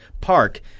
Park